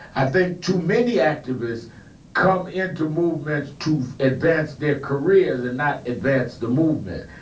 i think too many activists come into movements to advance their careers and not advance the movement.